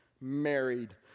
married